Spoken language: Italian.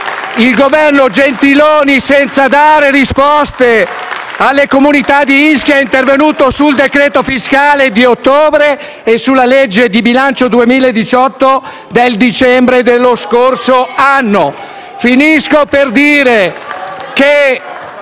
il Governo Gentiloni Silveri, senza dare risposte alle comunità di Ischia, è intervenuto con il decreto fiscale di ottobre e con la legge di bilancio 2018 del dicembre dello scorso anno. *(Commenti della